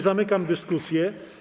Zamykam dyskusję.